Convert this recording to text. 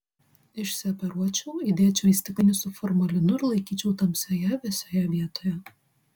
išsioperuočiau įdėčiau į stiklainį su formalinu ir laikyčiau tamsioje vėsioje vietoje